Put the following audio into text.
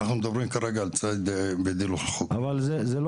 אנחנו מדברים כרגע על ציד --- זה לא